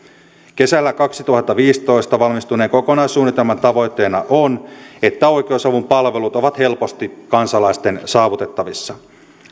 kesällä kaksituhattaviisitoista valmistuneen kokonaissuunnitelman tavoitteena on että oikeusavun palvelut ovat helposti kansalaisten saavutettavissa